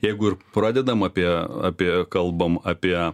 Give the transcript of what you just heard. jeigu ir pradedam apie apie kalbam apie